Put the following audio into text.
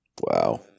Wow